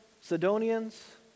Sidonians